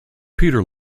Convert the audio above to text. peter